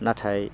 नाथाय